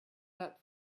that